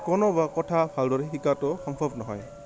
কোনো বা কথা ভালদৰে শিকাটো সম্ভৱ নহয়